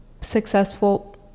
successful